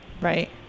Right